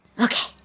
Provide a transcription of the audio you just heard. Okay